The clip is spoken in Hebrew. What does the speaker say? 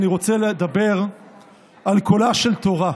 אני רוצה לדבר על קולה של תורה.